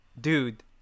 dude